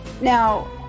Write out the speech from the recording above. now